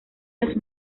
los